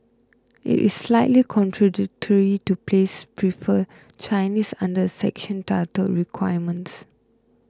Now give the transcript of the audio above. it is slightly contradictory to place prefer Chinese under a section titled requirements